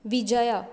Vijaya